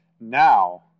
Now